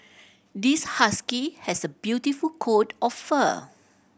this husky has a beautiful coat of fur